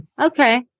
okay